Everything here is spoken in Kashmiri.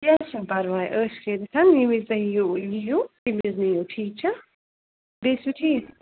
کیٚنٛہہ چھُنہٕ پَرواے عٲش کٔرِتھ ییٚمہِ وِز تُہۍ یِیِو تَمہِ وِزِ نِیِو ٹھیٖک چھا بیٚیہِ چھُو ٹھیٖک